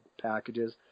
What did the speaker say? packages